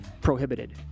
prohibited